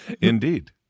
Indeed